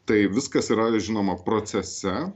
tai viskas yra žinoma procese